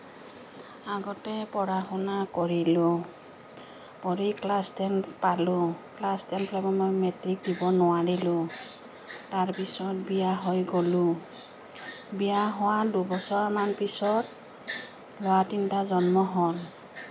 আগতে পঢ়া শুনা কৰিলোঁ পঢ়ি ক্লাছ টেন পালোঁ ক্লাছ টেন পাই মই মেট্ৰিক দিব নোৱাৰিলোঁ তাৰপিছত বিয়া হৈ গ'লোঁ বিয়া হোৱা দুবছৰমান পিছত ল'ৰা তিনিটা জন্ম হ'ল